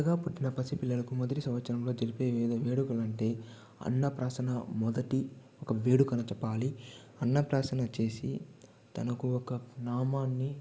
కొత్తగా పుట్టిన పసి పిల్లలకు మొదటి సంవత్సరంలో జరిపే వేడు వేడుకలంటే అన్నప్రాసన మొదటి ఒక వేడుక అని చెప్పాలి అన్నప్రాసన చేసి తనకు ఒక నామాన్ని